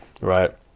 right